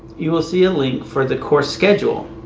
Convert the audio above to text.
you will see a link for the course schedule.